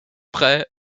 près